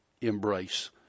embrace